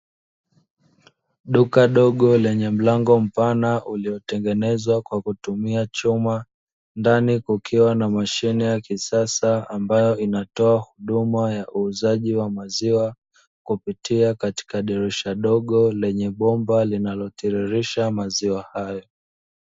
Duka dogo lenye mlango mpana uliotengenezwa kwa kutumia chuma, ndani kukiwa na mashine ya kisasa ambayo inatoa huduma ya uuzaji wa maziwa kupitia katika dirisha dogo lenye bomba linalo tiririsha maziwa hayo.